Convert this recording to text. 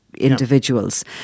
individuals